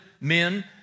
men